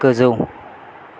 गोजौ